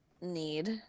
need